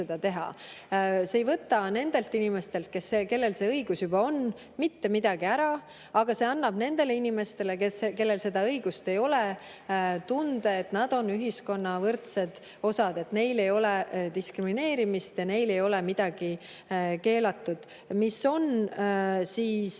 See ei võta nendelt inimestelt, kellel see õigus juba on, mitte midagi ära, aga see annab nendele inimestele, kellel seda õigust ei ole, tunde, et nad on ühiskonnas võrdsed, neid ei ole diskrimineeritud ja neile ei ole midagi keelatud. See on ka